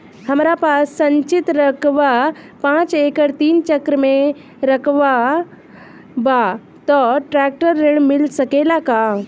हमरा पास सिंचित रकबा पांच एकड़ तीन चक में रकबा बा त ट्रेक्टर ऋण मिल सकेला का?